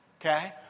okay